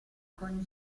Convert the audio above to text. con